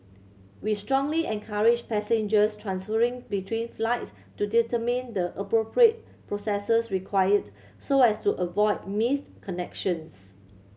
we strongly encourage passengers transferring between flights to determine the appropriate processes required so as to avoid missed connections